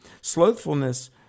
Slothfulness